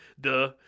Duh